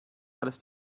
alles